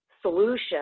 solution